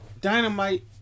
Dynamite